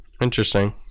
Interesting